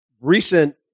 recent